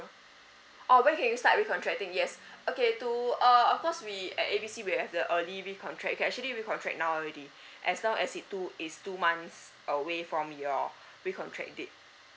ah when can you start with recontracting yes okay to err of course we at A B C we have the early recontract you can actually recontract now already as long as it two it's two months away from your recontract date